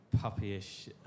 puppyish